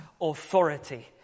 authority